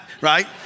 right